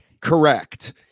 Correct